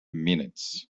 minutes